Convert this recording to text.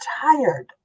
tired